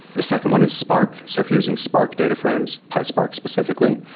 the second one is spark. so if you're using spark data frames, pyspark specifically,